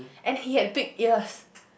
and he had big ears